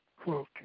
quote